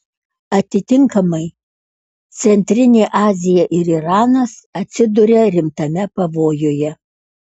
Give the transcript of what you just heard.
atitinkamai centrinė azija ir iranas atsiduria rimtame pavojuje